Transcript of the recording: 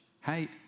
Hey